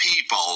people